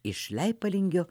iš leipalingio